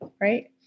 right